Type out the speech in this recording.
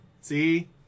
See